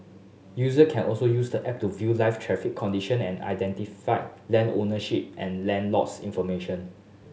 user can also use the app to view live traffic condition and identify land ownership and land lots information